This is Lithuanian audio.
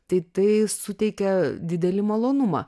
tai tai suteikia didelį malonumą